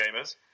gamers